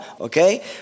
okay